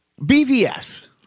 BVS